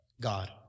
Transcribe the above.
God